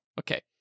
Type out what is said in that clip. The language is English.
Okay